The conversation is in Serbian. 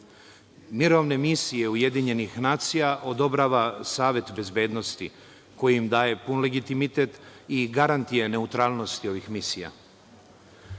Mirovne misije UN odobrava Savet bezbednosti koji im daje pun legitimitet i garant je neutralnosti ovih misija.